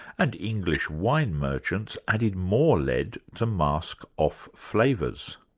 and english wine merchants added more lead to mask off flavours.